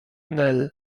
nel